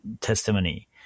testimony